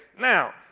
Now